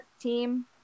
Team